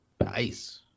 Nice